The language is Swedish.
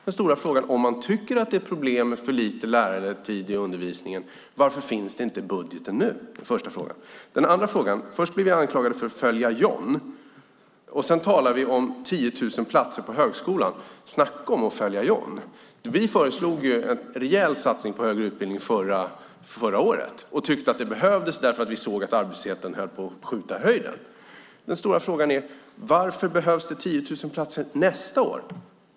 Den stora frågan är, om man tycker att det är ett problem med för lite lärartid i undervisningen, varför det inte finns pengar för det i budgeten nu? Det är den första frågan. Först blev vi anklagade för att leka Följa John, och nu talar man om 10 000 platser på högskolan. Snacka om att leka Följa John! Vi föreslog en rejäl satsning på högre utbildning förra året. Vi tyckte att det behövdes därför att vi såg att arbetslösheten höll på att skjuta i höjden. Varför behövs det 10 000 platser nästa år?